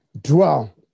dwell